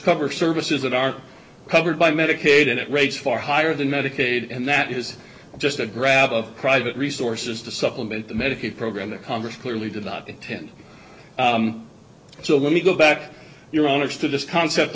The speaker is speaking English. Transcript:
cover services that are covered by medicaid and it rates far higher than medicaid and that is just a grab of private resources to supplement the medicaid program that congress clearly did not intend so let me go back your owners to this concept